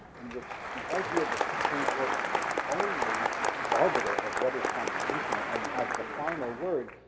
in which the idea that the supreme court is the only augmentor of what is constitutional, and has the final word.